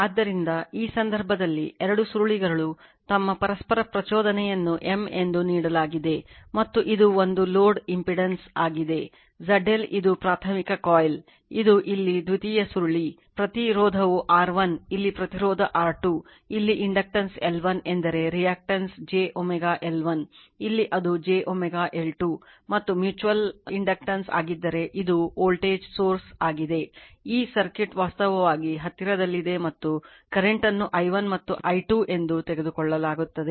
ಆದ್ದರಿಂದ ಈ ಸಂದರ್ಭದಲ್ಲಿ ಎರಡು ಸುರುಳಿಗಳು ತಮ್ಮ ಪರಸ್ಪರ ಪ್ರಚೋದನೆಯನ್ನು M ಎಂದು ನೀಡಲಾಗಿದೆ ಮತ್ತು ಇದು ಒಂದು ಲೋಡ್ impedance ಆಗಿದೆ ಈ ಸರ್ಕ್ಯೂಟ್ ವಾಸ್ತವವಾಗಿ ಹತ್ತಿರದಲ್ಲಿದೆ ಮತ್ತು ಕರೆಂಟನ್ನು i1 ಮತ್ತು i2 ಎಂದು ತೆಗೆದುಕೊಳ್ಳಲಾಗುತ್ತದೆ